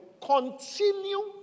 continue